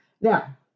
now